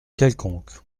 quelconque